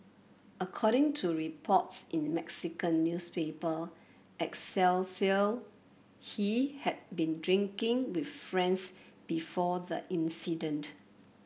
according to reports in Mexican newspaper Excelsior he had been drinking with friends before the incident